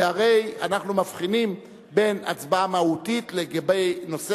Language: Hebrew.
והרי אנחנו מבחינים בין הצבעה מהותית על נושא